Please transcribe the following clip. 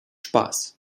spaß